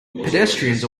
pedestrians